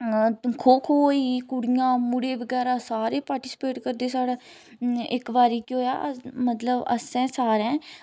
खो खो होई कुड़ियां मुड़े बगैरा सारे पार्टिसिपेट करदे साढ़े इक बारी केह् होया मतलब असे सारें